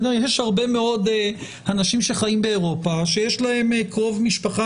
יש הרבה מאוד אנשים שחיים באירופה שיש להם קרוב משפחה